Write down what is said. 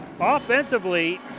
Offensively